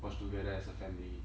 watch together as a family